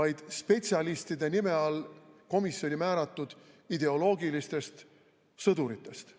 vaid spetsialistide nime all komisjoni määratud ideoloogilistest sõduritest,